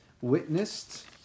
witnessed